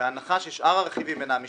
בהנחה ששאר הרכיבים אינם משתנים,